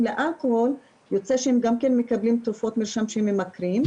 לאלכוהול יוצא שהם גם מקבלים תרופות מרשם שממכרות,